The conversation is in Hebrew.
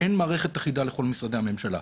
אין מערכת אחידה לכל משרדי הממשלה.